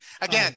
again